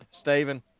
Stephen